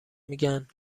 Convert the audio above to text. میگن